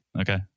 Okay